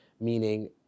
Meaning